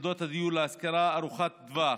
היצע יחידות הדיור להשכרה ארוכת טווח.